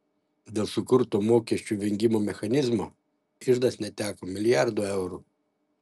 dėl sukurto mokesčių vengimo mechanizmo iždas neteko milijardų eurų